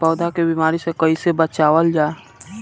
पौधा के बीमारी से कइसे बचावल जा?